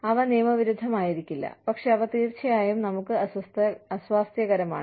അവ നിയമവിരുദ്ധമായിരിക്കില്ല പക്ഷേ അവ തീർച്ചയായും നമുക്ക് അസ്വാസ്ഥ്യകരമാണ്